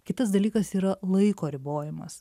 kitas dalykas yra laiko ribojimas